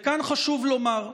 וכאן חשוב לומר: